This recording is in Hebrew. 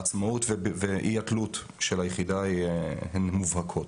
העצמאות ואי התלות של היחידה הן מובהקות.